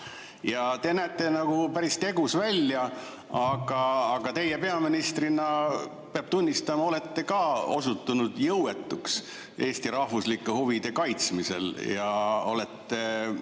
Te näete nagu päris tegus välja, aga teie peaministrina, peab tunnistama, olete ka osutunud jõuetuks Eesti rahvuslike huvide kaitsmisel ja olete